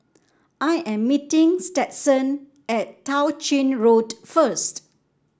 I am meeting Stetson at Tao Ching Road first